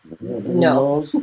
No